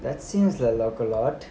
that seems like a lot